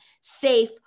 safe